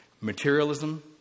Materialism